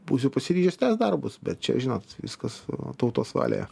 būsiu pasiryžęs tęst darbus bet čia žinot viskas tautos valioje